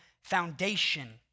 foundation